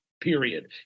period